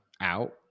out